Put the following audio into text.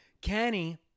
Kenny